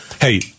Hey